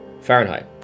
fahrenheit